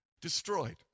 destroyed